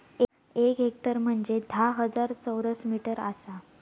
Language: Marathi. एक हेक्टर म्हंजे धा हजार चौरस मीटर आसा